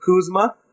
Kuzma